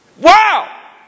Wow